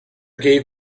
gave